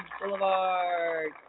Boulevard